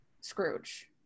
Scrooge